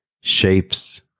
shapes